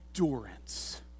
endurance